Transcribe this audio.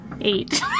Eight